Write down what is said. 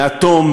מהתום,